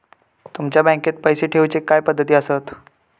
तुमच्या बँकेत पैसे ठेऊचे काय पद्धती आसत?